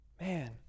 Man